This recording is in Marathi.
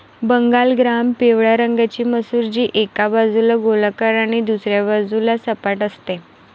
बंगाल ग्राम पिवळ्या रंगाची मसूर, जी एका बाजूला गोलाकार आणि दुसऱ्या बाजूला सपाट असते